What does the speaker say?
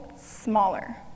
smaller